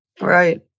Right